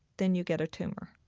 then you get a tumor.